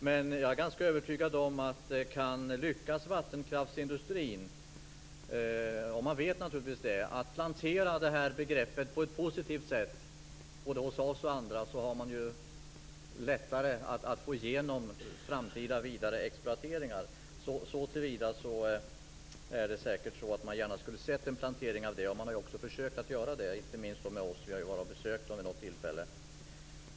Men om vattenkraftsindustrin lyckas plantera detta begrepp på ett positivt sätt både hos oss och hos andra är jag övertygad om att man har lättare att få igenom framtida vidare exploateringar. Så till vida skulle man säkert gärna ha sett en plantering av det. Man har också försökt göra det, inte minst med oss - vi har besökt dem vid något tillfälle.